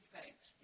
thanks